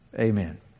Amen